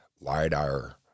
LIDAR